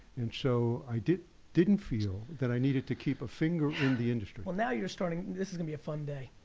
and so, i didn't didn't feel that i needed to keep a finger in the industry. well, now you're starting. this is gonna be a fun day.